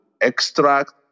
extract